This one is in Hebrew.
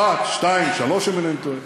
אחת, שתיים, שלוש אם אינני טועה,